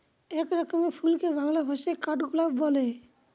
এক রকমের ফুলকে বাংলা ভাষায় কাঠগোলাপ বলে